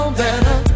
better